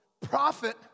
prophet